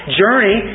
journey